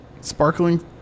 sparkling